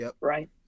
right